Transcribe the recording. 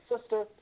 sister